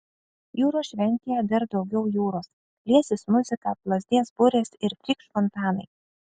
jūros šventėje dar daugiau jūros liesis muzika plazdės burės ir trykš fontanai